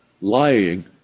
lying